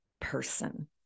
person